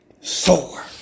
sore